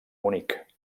munic